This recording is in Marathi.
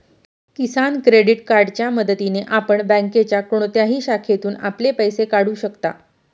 किसान क्रेडिट कार्डच्या मदतीने आपण बँकेच्या कोणत्याही शाखेतून आपले पैसे काढू शकता